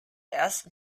ersten